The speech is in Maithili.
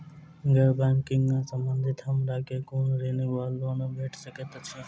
गैर बैंकिंग संबंधित हमरा केँ कुन ऋण वा लोन भेट सकैत अछि?